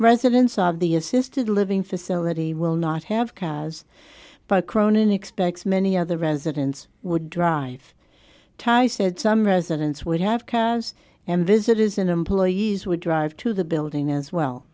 residents of the assisted living facility will not have cars but cronin expects many other residents would drive ties said some residents would have cabs and visit is in employees would drive to the building as well